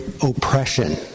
oppression